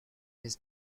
his